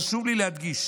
חשוב לי להדגיש.